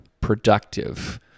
productive